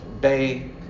bay